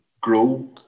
grow